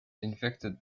infected